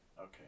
Okay